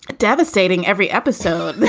ah devastating every episode.